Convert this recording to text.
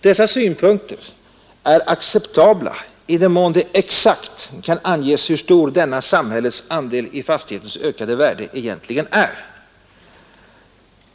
Dessa synpunkter är acceptabla i den mån det exakt kan anges hur stor denna samhällets andel i fastighetens ökade värde egentligen är.